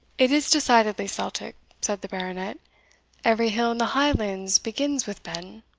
it is decidedly celtic, said the baronet every hill in the highlands begins with ben.